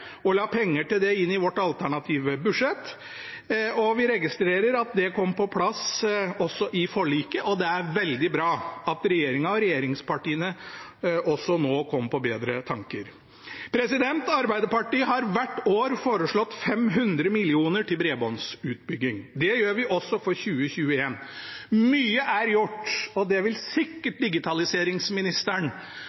og la penger til det inn i vårt alternative budsjett. Vi registrerer at det kom på plass også i forliket, og det er veldig bra at også regjeringen og regjeringspartiene kom på bedre tanker. Arbeiderpartiet har hvert år foreslått 500 mill. kr til bredbåndsutbygging. Det gjør vi også for 2021. Mye er gjort, og det vil